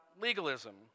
legalism